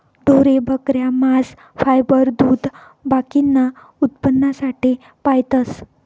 ढोरे, बकऱ्या, मांस, फायबर, दूध बाकीना उत्पन्नासाठे पायतस